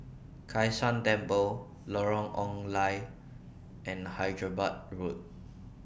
Kai San Temple Lorong Ong Lye and Hyderabad Road